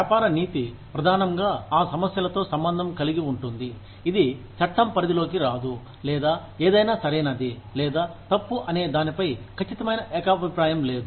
వ్యాపార నీతి ప్రధానంగా ఆ సమస్యలతో సంబంధం కలిగి ఉంటుంది ఇది చట్టం పరిధిలోకి రాదు లేదా ఏదైనా సరైనది లేదా తప్పు అనే దానిపై ఖచ్చితమైన ఏకాభిప్రాయం లేదు